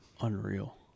unreal